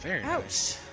Ouch